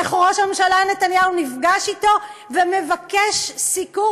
איך ראש הממשלה נתניהו נפגש אתו ומבקש סיקור